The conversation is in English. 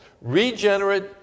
regenerate